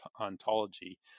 ontology